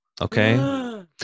Okay